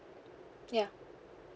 yeah